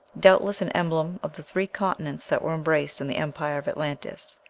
doubtless an emblem of the three continents that were embraced in the empire of atlantis.